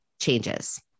changes